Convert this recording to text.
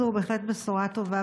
זו בהחלט בשורה טובה,